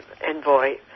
envoy